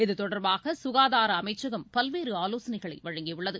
இது தொடர்பாக சுகாதார அமைச்சகம் பல்வேறு ஆலோசனைகளை வழங்கியுள்ளது